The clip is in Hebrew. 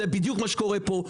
זה בדיוק מה שקורה פה,